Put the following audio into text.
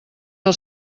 del